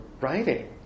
writing